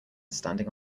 standing